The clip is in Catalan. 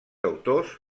autors